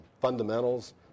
fundamentals